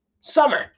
summer